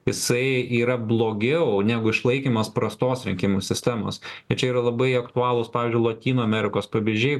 jisai yra blogiau negu išlaikymas prastos rinkimų sistemos ir čia yra labai aktualūs pavyzdžiui lotynų amerikos pavyzdžiai